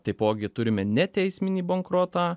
taipogi turime neteisminį bankrotą